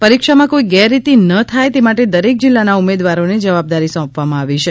પરીક્ષામાં કોઈ ગેરરીતિ ન થાય તે માટે દરેક જિલ્લાના ઉમેદવારોને જવાબદારી સોંપવામાં આવી છે